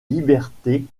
libertés